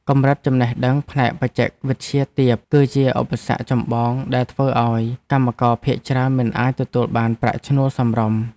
កម្រិតចំណេះដឹងផ្នែកបច្ចេកវិទ្យាទាប គឺជាឧបសគ្គចម្បងដែលធ្វើឱ្យកម្មករភាគច្រើនមិនអាចទទួលបានប្រាក់ឈ្នួលសមរម្យ។